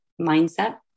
mindset